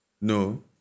No